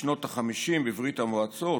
שבשנות החמישים בברית המועצות,